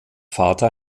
vater